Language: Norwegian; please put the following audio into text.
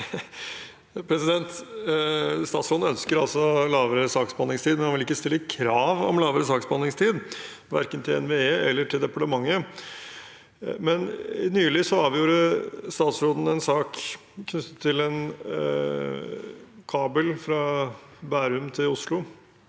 Statsråden ønsker altså kortere saksbehandlingstid, men han vil ikke stille krav om kortere saksbehandlingstid verken til NVE eller til departementet. Nylig avgjorde statsråden en sak knyttet til en kabel fra Bærum til Oslo.